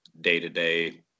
day-to-day